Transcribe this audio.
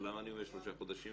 למה אני אומר שלושה חודשים?